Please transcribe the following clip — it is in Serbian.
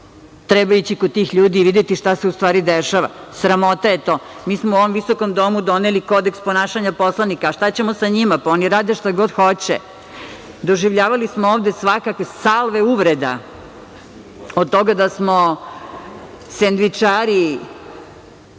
Treba ići kod tih ljudi i videti šta se u stvari dešava. Sramota je to. Mi smo u ovom visokom domu doneli Kodeks ponašanja poslanika. A šta ćemo sa njima? Pa, oni rade šta god hoće. Doživljavali smo ovde svakakve salve uvreda, od toga da smo sendvičari,